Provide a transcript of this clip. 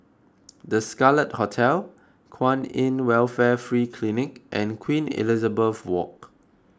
the Scarlet Hotel Kwan in Welfare Free Clinic and Queen Elizabeth Walk